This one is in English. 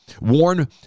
warn